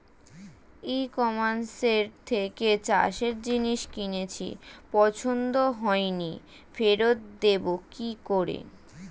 ই কমার্সের থেকে চাষের জিনিস কিনেছি পছন্দ হয়নি ফেরত দেব কী করে?